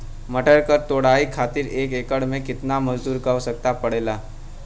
मटर क तोड़ाई खातीर एक एकड़ में कितना मजदूर क आवश्यकता पड़ेला?